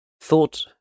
thought